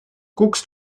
guckst